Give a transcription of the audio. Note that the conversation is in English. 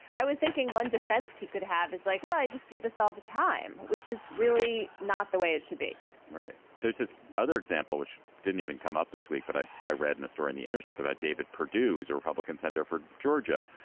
i was thinking one defense he could have is like, well, i just do this all the time, which is really not the way it should be all right. there's this other example which didn't even come up this week. but i, so i read this during the intercept about david perdue, the republican senator from georgia,